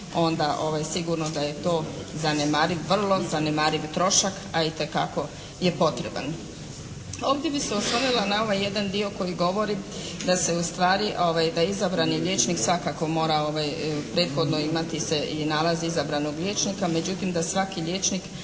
onda sigurno da je to zanemariv, vrlo zanemariv trošak, a itekako je potreban. Ovdje bih se oslonila na ovaj jedan dio koji govori da se ustvari, da izabrani liječnik svakako mora prethodno imati i nalaz izabranog liječnika. Međutim da svaki liječnik,